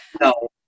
No